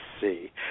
see